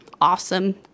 awesome